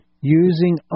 using